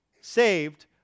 saved